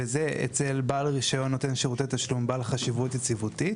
וזה אצל בעל רישיון נותן שירותי תשלום בעל חשיבות יציבותית,